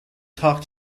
talk